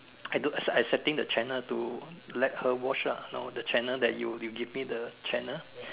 I do I I setting the Channel to let her watch lah you know the Channel you give me the Channel